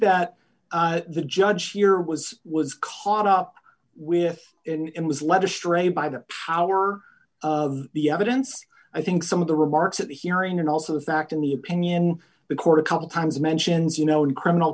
that the judge here was was caught up with him was led astray by the power of the evidence i think some of the remarks at the hearing and also the fact in the opinion of the court a couple times mentions you know in criminal